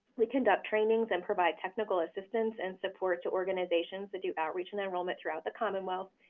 we conduct trainings and provide technical assistance and support to organizations that do outreach and enrollment throughout the commonwealth,